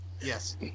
Yes